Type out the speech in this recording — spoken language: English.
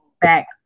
back